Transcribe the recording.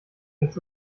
kennst